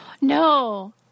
No